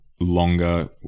longer